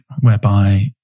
whereby